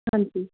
ਹਾਂਜੀ